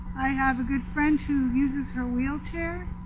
i have a good friend who uses her wheelchair,